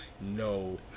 no